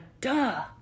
duh